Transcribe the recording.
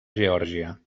geòrgia